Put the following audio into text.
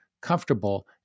comfortable